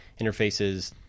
interfaces